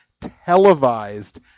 televised